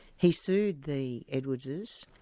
he sued the edwards's,